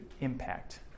impact